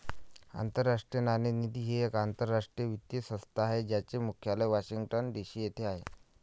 आंतरराष्ट्रीय नाणेनिधी ही एक आंतरराष्ट्रीय वित्तीय संस्था आहे ज्याचे मुख्यालय वॉशिंग्टन डी.सी येथे आहे